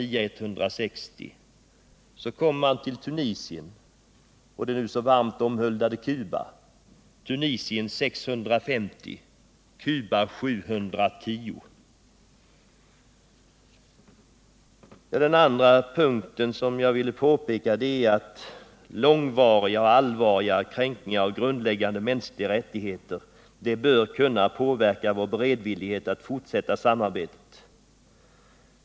I Tunisien var per capita-inkomsten 600 och i det nu av de socialistiska partierna så varmt omhuldade Cuba 710 dollar. Det andra område som jag vill ta upp är att långvariga och allvarliga kränkningar av grundläggande mänskliga rättigheter bör kunna påverka vår beredvillighet att fortsätta samarbetet.